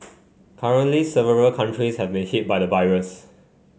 currently several countries have been hit by the virus